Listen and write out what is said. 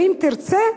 ואם תרצו: